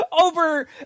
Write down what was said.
over